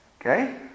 Okay